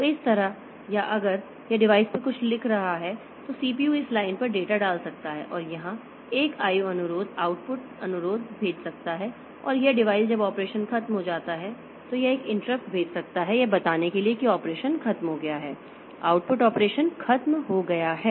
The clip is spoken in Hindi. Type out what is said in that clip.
तो इस तरह या अगर यह डिवाइस पर कुछ लिख रहा है तो सीपीयू इस लाइन पर डेटा डाल सकता है और यहां एक IO अनुरोध आउटपुट अनुरोध भेज सकता है और यह डिवाइस जब ऑपरेशन खत्म हो जाता है तो यह एक इंटरप्ट भेज सकता है यह बताने के लिए ऑपरेशन खत्म हो गया है आउटपुट ऑपरेशन खत्म हो गया है